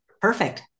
Perfect